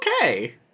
okay